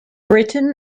britain